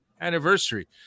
anniversary